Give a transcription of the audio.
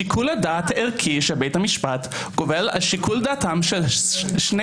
שיקול דעת ערכי של בית המשפט גובר על שיקול דעתם של שני